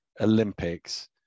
Olympics